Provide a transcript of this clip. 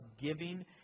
giving